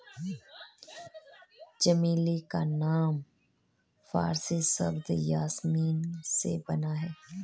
चमेली का नाम फारसी शब्द यासमीन से बना है